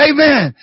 Amen